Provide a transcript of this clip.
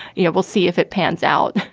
you know, we'll see if it pans out.